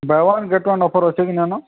bye one get one offer ଅଛେ କି ନାଇନ